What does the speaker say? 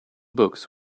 books